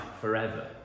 forever